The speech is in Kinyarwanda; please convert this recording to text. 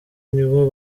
nibo